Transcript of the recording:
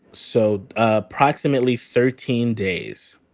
so approximately thirteen days.